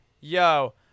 Yo